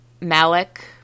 Malik